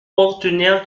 partenaires